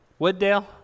Wooddale